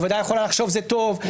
הוועדה יכולה לחשוב שזה טוב,